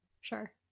Sure